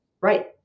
Right